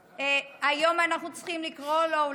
היום אנחנו צריכים לקרוא לו,